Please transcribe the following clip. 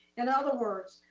in other words,